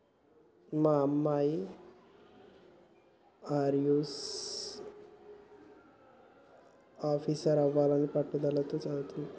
మా అమ్మాయి అయ్యారెస్ ఆఫీసరవ్వాలని పట్టుదలగా చదవతాంది